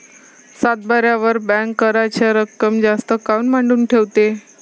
सातबाऱ्यावर बँक कराच रक्कम जास्त काऊन मांडून ठेवते?